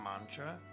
mantra